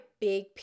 big